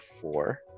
four